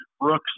Brooks